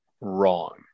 wrong